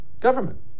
government